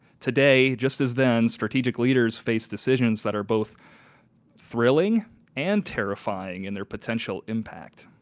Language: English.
today, just as then strategic leaders face decisions that are both thrilling and terrifying in their potential impact.